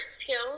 skills